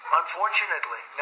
unfortunately